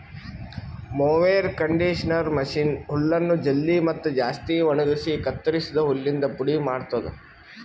mower conditioner machine ಹುಲ್ಲನ್ನು ಜಲ್ದಿ ಮತ್ತ ಜಾಸ್ತಿ ಒಣಗುಸಿ ಕತ್ತುರಸಿದ ಹುಲ್ಲಿಂದ ಪುಡಿ ಮಾಡ್ತುದ